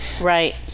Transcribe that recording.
right